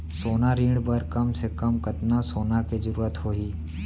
सोना ऋण बर कम से कम कतना सोना के जरूरत होही??